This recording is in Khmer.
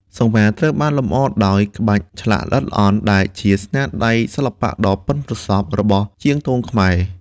សង្វារត្រូវបានលម្អដោយ ក្បាច់ឆ្លាក់ល្អិតល្អន់ ដែលជាស្នាដៃសិល្បៈដ៏ប៉ិនប្រសប់របស់ជាងទងខ្មែរ។